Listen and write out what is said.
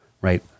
Right